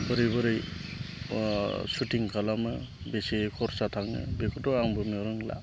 बोरै बोरै सुटिं खालामो बेसे खरसा थाङो बेखौ आं बुंनो रोंला